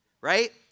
right